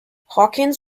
hawkins